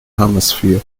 hemisphere